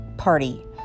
Party